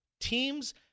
teams